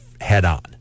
head-on